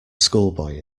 schoolboy